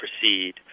proceed